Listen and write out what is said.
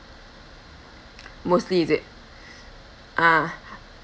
mostly is it ah